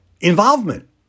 involvement